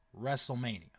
WrestleMania